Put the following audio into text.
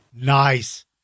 Nice